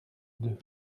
deux